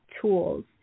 tools